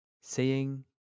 seeing